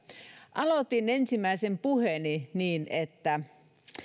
aloitin ensimmäisen puheeni niin että